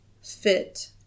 fit